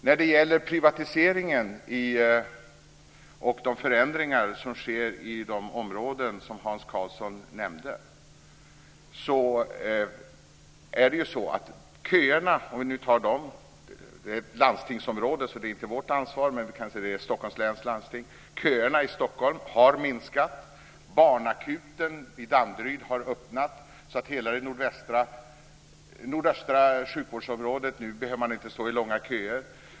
När det gäller privatiseringen och de förändringar som sker i de områden som Hans Karlsson nämnde är det ju så att köerna - om vi nu tar dem; det gäller ju ett landstingsområde, så det är inte vårt ansvar, men vi kan se på Stockholms läns landsting - i Stockholm har minskat. Barnakuten i Danderyd har öppnat så att i hela det nordöstra sjukvårdsområdet behöver man inte stå i långa köer.